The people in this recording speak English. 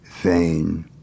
vain